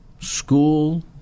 school